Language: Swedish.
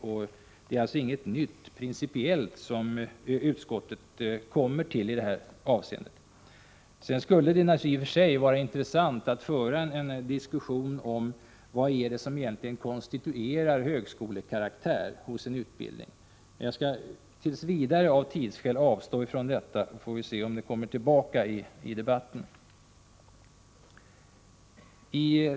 Det är alltså ingenting principiellt nytt som utskottet har kommit fram till i detta avseende. Det skulle naturligtvis i och för sig vara intressant att föra en diskussion om vad det är som egentligen konstituerar en högskolekaraktär hos en utbildning. Jag skall tills vidare av tidsskäl avstå från detta. Vi får se om frågan kommer tillbaka i debatten.